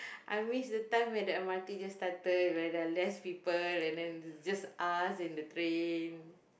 I miss the time when the M_R_T just started where there are less people and then it's just us in the train